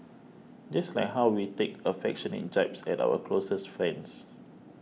just like how we take affectionate jibes at our closest friends